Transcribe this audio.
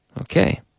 Okay